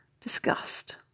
Disgust